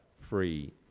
free